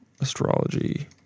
Astrology